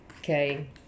Okay